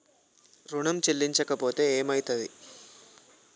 ఋణం చెల్లించకపోతే ఏమయితది?